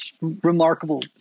remarkable